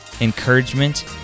encouragement